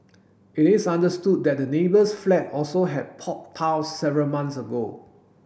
it is understood that the neighbour's flat also had popped tiles several months ago